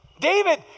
David